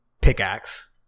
pickaxe